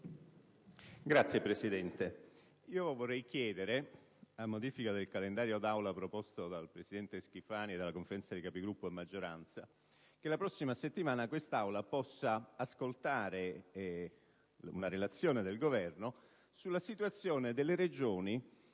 Signor Presidente, vorrei chiedere, a modifica del calendario dei lavori dell'Assemblea proposto dal presidente Schifani e dalla Conferenza dei Capigruppo a maggioranza, che la prossima settimana quest'Aula possa ascoltare una relazione del Governo sulla situazione delle Regioni